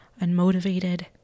unmotivated